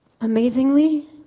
Amazingly